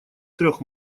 трех